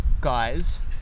guys